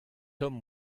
tomm